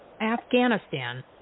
Afghanistan